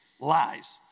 lies